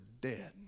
dead